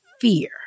fear